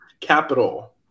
Capital